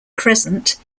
crescent